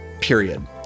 period